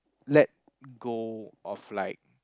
let go of like